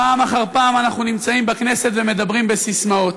פעם אחר פעם אנחנו נמצאים בכנסת ומדברים בססמאות.